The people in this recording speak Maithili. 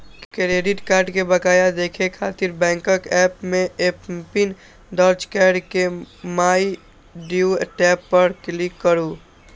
क्रेडिट कार्ड के बकाया देखै खातिर बैंकक एप मे एमपिन दर्ज कैर के माइ ड्यू टैब पर क्लिक करू